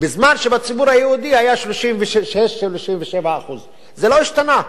בזמן שבציבור היהודי היו 36% 37%. זה לא השתנה.